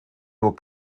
nur